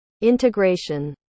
Integration